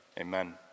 Amen